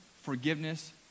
forgiveness